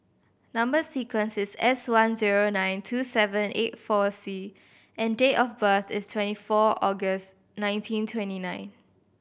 number sequence is S one zero nine two seven eight four C and date of birth is twenty four August nineteen twenty nine